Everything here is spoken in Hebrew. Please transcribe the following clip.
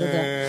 תודה.